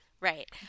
Right